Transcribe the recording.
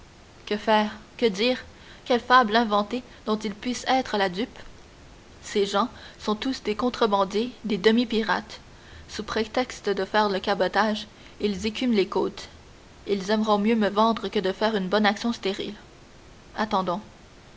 que faire que dire quelle fable inventer dont ils puissent être la dupe ces gens sont tous des contrebandiers des demi pirates sous prétexte de faire le cabotage ils écument les côtes ils aimeront mieux me vendre que de faire une bonne action stérile attendons